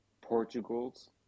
Portugal's